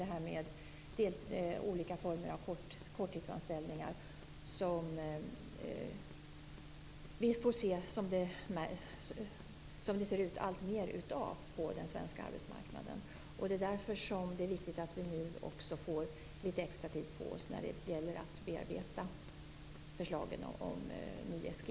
Det ser ut att bli alltmer av olika korttidsanställningar på den svenska arbetsmarknaden. Det är därför viktigt att vi nu också får litet extra tid på oss när det gäller att bearbeta förslagen om ny SGI.